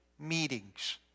meetings